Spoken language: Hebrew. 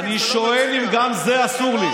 אני שואל אם גם זה אסור לי.